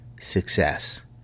success